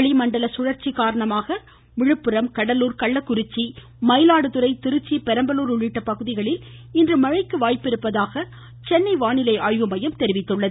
வளிமண்டல சுழற்சி காரணமாக விழுப்புரம் கடலூர் கள்ளக்குறிச்சி மயிலாடுதுறை திருச்சி பெரம்பலூர் உள்ளிட்ட பகுதிகளில் இன்று மழைக்கு வாய்ப்பிருப்பதாக சென்னை வானிலை ஆய்வு மையம் தெரிவித்துள்ளது